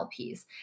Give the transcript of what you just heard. LPs